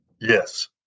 Yes